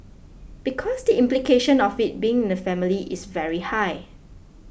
because the implication of it being in the family is very high